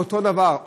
אותו דבר,